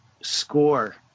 score